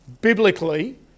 biblically